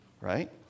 Right